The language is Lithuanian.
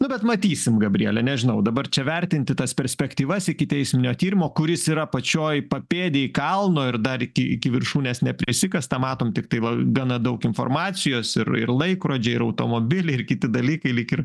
nu bet matysim gabriele nežinau dabar čia vertinti tas perspektyvas ikiteisminio tyrimo kuris yra pačioj papėdėj kalno ir dar iki viršūnės neprisikasta matom tiktai gana daug informacijos ir ir laikrodžiai ir automobiliai ir kiti dalykai lyg ir